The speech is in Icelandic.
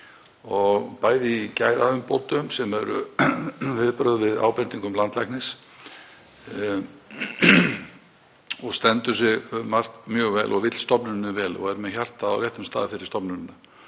t.d. í gæðaumbótum sem eru viðbrögð við ábendingum landlæknis. Hún stendur sig um margt mjög vel og vill stofnuninni vel og er með hjartað á réttum stað fyrir stofnunina.